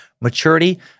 maturity